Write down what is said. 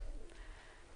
הצבעה אושרה.